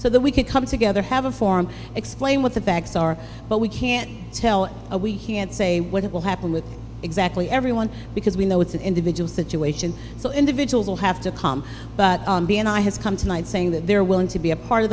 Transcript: so that we could come together have a form explain what the facts are but we can't tell we can't say what will happen with exactly everyone because we know it's an individual situation so individuals will have to come and i has come tonight saying that they're willing to be a part of